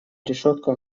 решетку